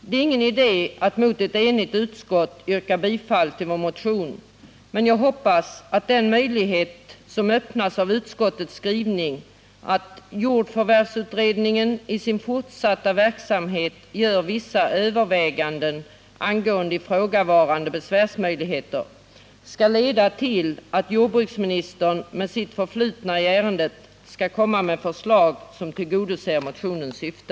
Det är ingen idé att mot ett enigt utskott yrka bifall till vår motion, men jag hoppas att den möjlighet som öppnas genom utskottets skrivning, nämligen att jordförvärvsutredningen i sin fortsatta verksamhet gör vissa överväganden angående ifrågavarande besvärsmöjligheter, skall leda till att jordbruksministern med sitt förflutna i ärendet skall komma med förslag som tillgodoser motionens syfte.